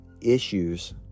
issues